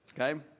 Okay